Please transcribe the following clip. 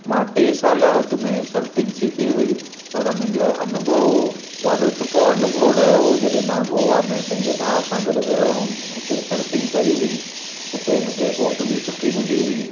मां टे साल अॻु में सर्फिंग सिखी हुई पर मुंहिंजो अनुभव ॾाढो सुठो अनुभव रहियो जॾहिं मां गोवा में पंहिंजे भाउ सां गॾु वियो हुउमि उते सर्फिंग कई हुई उते मूंखे बोट बि सुठी मिली हुई